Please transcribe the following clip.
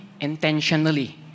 intentionally